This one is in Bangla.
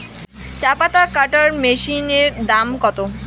চাপাতা কাটর মেশিনের দাম কত?